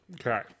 Okay